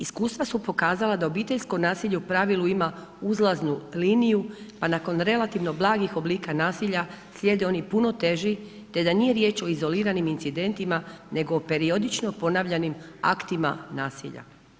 Iskustva su pokazala da obiteljsko nasilje u pravilu ima uzlaznu liniju, pa nakon relativno blagih oblika nasilja slijede oni puno teži, te da nije riječ o izoliranim incidentima, nego o periodično ponavljanim aktima nasilja.